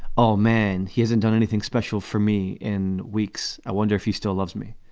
oh, man, he hasn't done anything special for me in weeks. i wonder if he still loves me